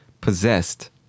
Possessed